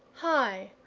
high,